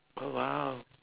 oh !wow!